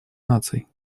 наций